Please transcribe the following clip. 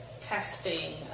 testing